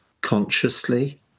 consciously